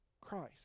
Christ